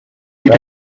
did